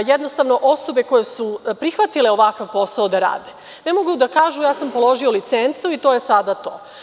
Jednostavno, osobe koje su prihvatile ovakav posao da rade ne mogu da kažu – ja sam položio licencu i to je sada to.